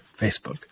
Facebook